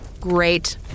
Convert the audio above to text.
Great